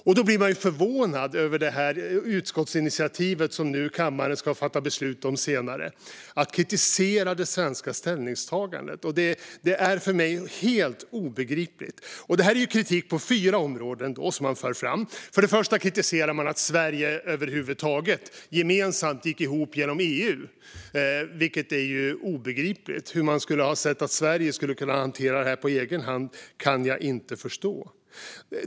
Därför blir man förvånad över detta utskottsinitiativ om att kritisera det svenska ställningstagandet, som kammaren ska fatta beslut om senare. Det är för mig helt obegripligt. Man för fram kritik på flera områden. För det första kritiserar man att Sverige över huvud taget gemensamt gick ihop genom EU, vilket är obegripligt. Hur man kan se att Sverige skulle ha kunnat hantera detta på egen hand kan jag inte förstå.